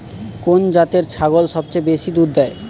কোন জাতের ছাগল সবচেয়ে বেশি দুধ দেয়?